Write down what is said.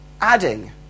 adding